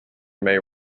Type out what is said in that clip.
may